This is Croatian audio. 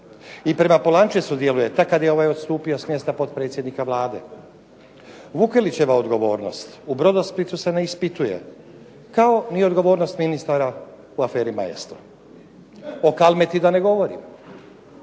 I prema Polančecu djeluje tek kad je ovaj odstupio s mjesta potpredsjednika Vlade. Vukelićeva odgovornost u "Brodosplitu" se ne ispituje, kao ni odgovornost ministara u aferi "Maestro" O Kalmeti da ne govorim,